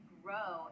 grow